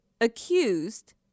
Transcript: accused